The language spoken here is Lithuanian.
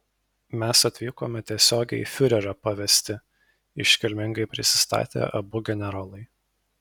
mes atvykome tiesiogiai fiurerio pavesti iškilmingai prisistatė abu generolai